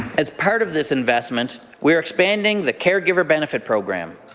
as part of this investment, we are expanding the care giver benefit program.